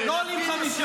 לא עולים חמישה,